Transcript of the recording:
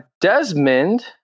desmond